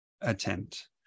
attempt